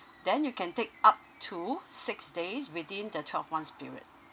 then you can take up to six days within the twelve months period